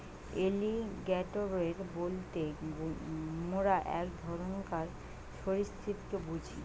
alligator বলতে মোরা এক ধরণকার সরীসৃপকে বুঝি